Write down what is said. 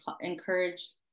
encourage